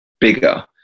bigger